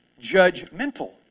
judgmental